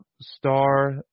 star